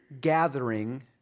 gathering